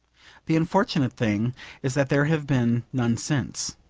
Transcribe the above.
the unfortunate thing is that there have been none since.